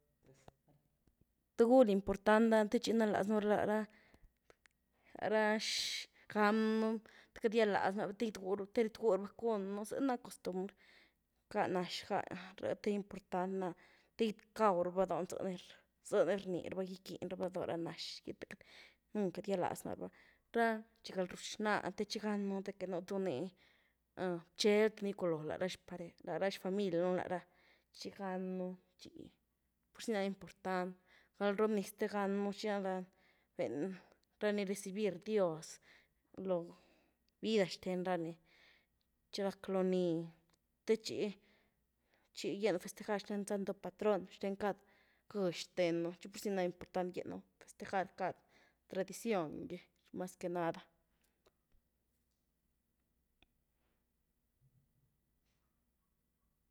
tugúl important nani të txi ginaláz nú la rá, rá xgamy nú, te queity gýal laáz nú lá rabá te gyt gwy rabá cún nú, zy ná costumbr, gáh nax, gáh rëh te ni important nany te gaw raba dóhny, zy ni rný rabá gickiny rabá dóh ra nax, te queity nunc gýald laznu lá rabá, rá txi gal-rywtxnáh te txi gán un de que núh tu ní gitxel tuny giculoo lará xparej nu’, la´ra xfamily nu’ láh ra, txi gáhn nú, txi, pur zy ni nany important, gal-rohbniz te ganu xiná nany, béhn rani recibir dios loo vida xten raní, txi rack looni te txi, txi gýenu festejar xten santo patrón xten cad gëx xten nú, txi pur zy ny na importan gyen nu festejar cad tradición gy más que nada.